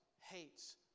hates